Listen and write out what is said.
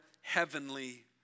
heavenly